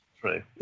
true